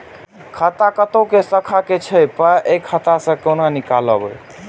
खाता कतौ और शाखा के छै पाय ऐ शाखा से कोना नीकालबै?